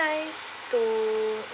nice to